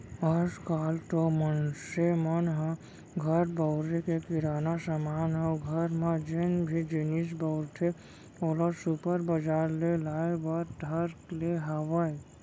आज काल तो मनसे मन ह घर बउरे के किराना समान अउ घर म जेन भी जिनिस बउरथे ओला सुपर बजार ले लाय बर धर ले हावय